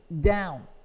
down